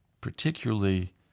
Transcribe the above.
particularly